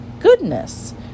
Goodness